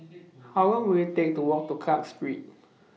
How Long Will IT Take to Walk to Clarke Street